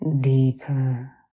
deeper